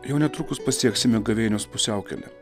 jau netrukus pasieksime gavėnios pusiaukelę